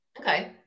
Okay